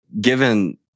Given